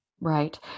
Right